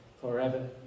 forever